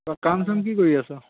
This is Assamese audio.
তই কাম চাম কি কৰি আছ